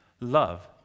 love